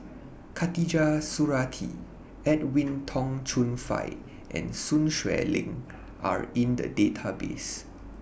Khatijah Surattee Edwin Tong Chun Fai and Sun Xueling Are in The Database